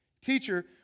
Teacher